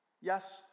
Yes